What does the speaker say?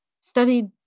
studied